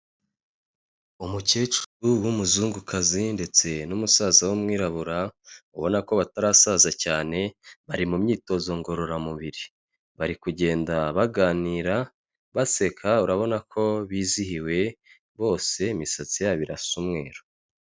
Umukecuru w'umuzungukazi ndetse n'umusaza w'umwirabura ubona ko batarasaza cyane, bari mu myitozo ngororamubiri. Bari kugenda baganira, baseka urabona ko bizihiwe, bose imisatsi yabo irasa umweru.